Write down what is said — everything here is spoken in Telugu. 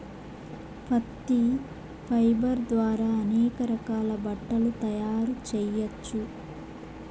పత్తి ఫైబర్ ద్వారా అనేక రకాల బట్టలు తయారు చేయచ్చు